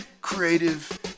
creative